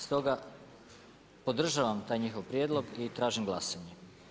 Stoga, podržavam taj njihov prijedlog i tražim glasanje.